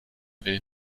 will